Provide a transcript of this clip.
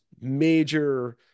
major